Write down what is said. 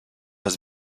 has